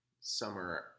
summer